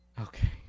Okay